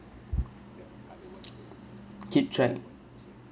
keep track